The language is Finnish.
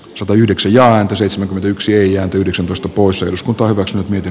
satayhdeksän ja seitsemän yksi eija tyydyksen puistopuu selitys korostanut miten